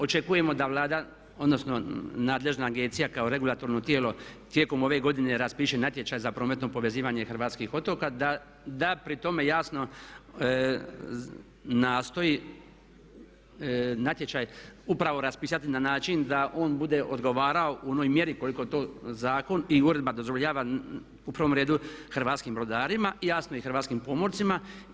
Očekujemo da Vlada odnosno nadležna agencija kao regulatorno tijelo tijekom ove godine raspiše natječaj za prometno povezivanje hrvatskih otoka da pri tome jasno nastoji natječaj upravo raspisati na način da on bude odgovarao u onoj mjeri koliko to zakon i uredba dozvoljava, u prvom redu hrvatskim brodarima i jasno i hrvatskim pomorcima.